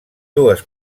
dues